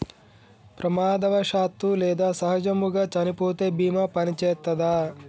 ప్రమాదవశాత్తు లేదా సహజముగా చనిపోతే బీమా పనిచేత్తదా?